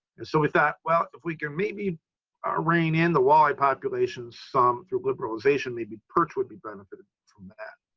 and so with that, well, if we can, maybe ah rein in the walleye populations, some through liberalization, maybe perch would be benefited from that.